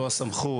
לא הסמכות,